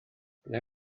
ble